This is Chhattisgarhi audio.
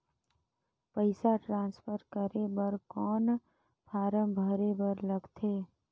पईसा ट्रांसफर करे बर कौन फारम भरे बर लगथे?